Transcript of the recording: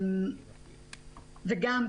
וגם,